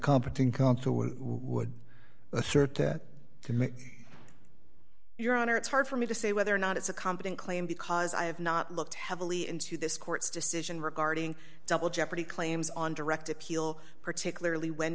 competent would assert to commit your honor it's hard for me to say whether or not it's a competent claim because i have not looked heavily into this court's decision regarding double jeopardy claims on direct appeal particularly when